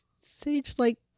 sage-like